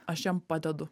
aš jam padedu